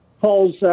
Paul's